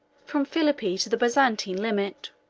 from philippi to the byzantine limit.